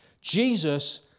Jesus